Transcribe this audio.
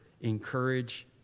encourage